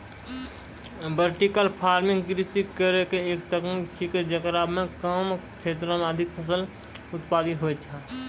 vertical farming कृषि केरो एक तकनीक छिकै, जेकरा म कम क्षेत्रो में अधिक फसल उत्पादित होय छै